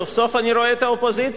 סוף סוף אני רואה את האופוזיציה,